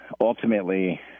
ultimately